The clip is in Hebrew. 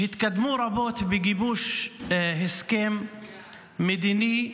שהתקדמו רבות בגיבוש הסכם מדיני,